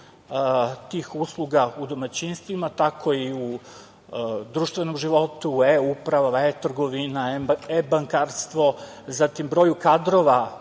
tih usluga u domaćinstvima, tako i u društvenom životu, e-uprava, e-trgovina, e-bankarstvo, zatim broju kadrova